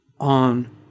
on